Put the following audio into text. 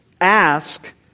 Ask